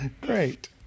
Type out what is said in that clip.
Great